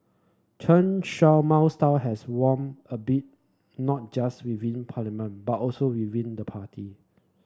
Chen Shaw Mao style has waned a bit not just within parliament but also within the party